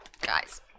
guys